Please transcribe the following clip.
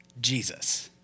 Jesus